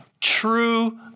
true